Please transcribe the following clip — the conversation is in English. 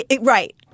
Right